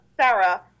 Sarah